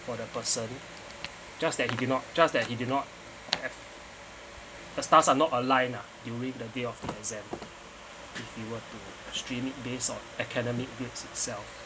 for the person just that he did not just that he did not have the stars are not aligned uh during the day of the exam if you will to stream it based on academic grades itself